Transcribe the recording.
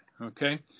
Okay